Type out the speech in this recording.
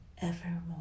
Evermore